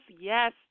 yes